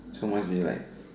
so much you like